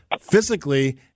physically